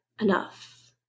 enough